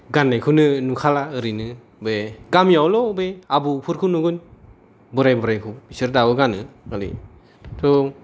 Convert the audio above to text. गाननायखौनो नुखाला ओरैनो बे गामियावल' बे आबौफोरखौ नुगोन बोराय बोरारखौ बिसोर दाबो गानो ओरैथ'